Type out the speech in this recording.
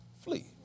flee